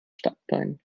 standbein